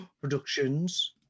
Productions